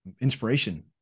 inspiration